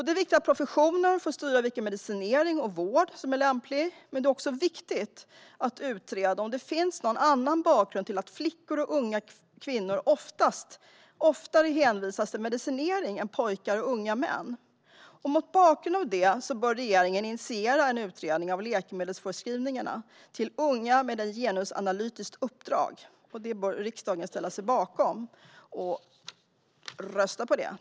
Det är viktigt att professionen får styra över vilken medicinering och vård som är lämplig, men det är också viktigt att utreda om det finns någon annan bakgrund till att flickor och unga kvinnor oftare hänvisas till medicinering än pojkar och unga män. Mot bakgrund av detta bör regeringen initiera en utredning av läkemedelsförskrivningarna till unga, med ett genusanalytiskt uppdrag. Det tycker vi förstås att riksdagen ska ställa sig bakom och rösta för.